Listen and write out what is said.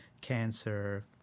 cancer